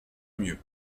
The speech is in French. mieux